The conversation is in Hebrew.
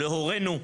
להורינו.